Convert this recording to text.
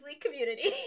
community